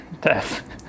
Death